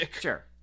Sure